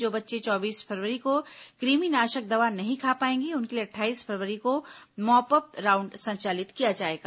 जो बच्चे चौबीस फरवरी को कृमिनाशक दवा नहीं खा पाएंगे उनके लिए अट्ठाईस फरवरी को मॉप अप राउंड संचालित किया जाएगा